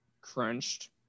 crunched